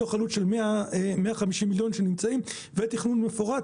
מתוך עלות של 150 מיליון שנמצאים ותכנון מפורט